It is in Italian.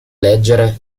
leggere